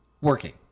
working